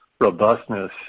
robustness